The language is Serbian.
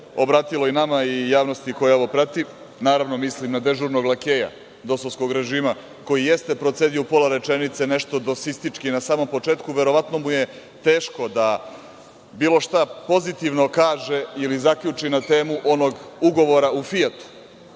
obratilo i nama i javnosti koja ovo prati. Naravno, mislim na dežurnog lakeja, dosovskog režima koji jeste procedio pola rečenice nešto dosistički na samom početku, verovatno mu je teško da bilo šta pozitivno kaže ili zaključi na temu onog ugovora u Fijatu,